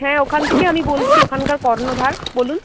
হ্যাঁ ওখান থেকেই আমি বলছি ওখানকার কর্ণধার বলুন